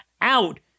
out